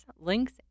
links